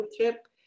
trip